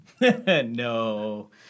No